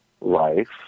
life